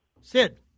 Sid